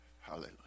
Hallelujah